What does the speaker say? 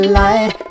light